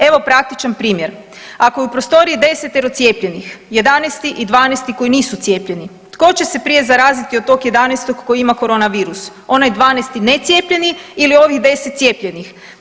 Evo praktičan primjer ako je u prostoriji 10-ero cijepljenih, 11. i 12. koji nisu cijepljeni, tko će se prije zaraziti od tog 11. koji ima korona virus, onaj 12. necijepljeni ili ovih 10 cijepljenih?